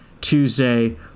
Tuesday